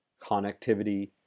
connectivity